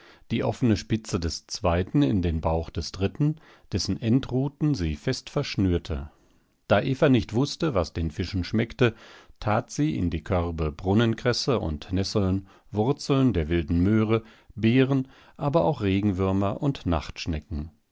die offene spitze des zweiten in den bauch des dritten dessen endruten sie fest verschnürte da eva nicht wußte was den fischen schmeckte tat sie in die körbe brunnenkresse und nesseln wurzeln der wilden möhre beeren aber auch regenwürmer und